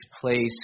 place